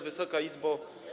Wysoka Izbo!